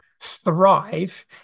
thrive